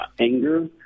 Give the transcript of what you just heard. anger